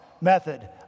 method